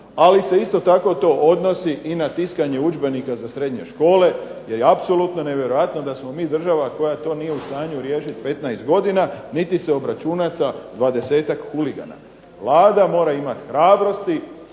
ali se isto tako to odnosi na tiskanje udžbenika za srednje škole jer je apsolutno nevjerojatno da smo mi država koja to nije u stanju riješiti 15 godina niti se obračunati sa 20-tak huligana. Vlada mora imati hrabrosti